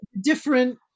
different